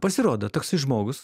pasirodo toksai žmogus